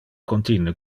contine